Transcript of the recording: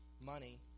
money